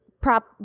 Prop